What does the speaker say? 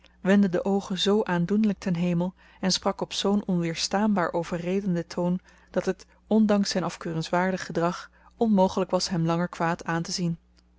wendde de oogen zoo aandoenlijk ten hemel en sprak op zoo'n onweerstaanbaar overredenden toon dat het ondanks zijn afkeurenswaardig gedrag onmogelijk was hem langer kwaad aan te zien